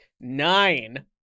nine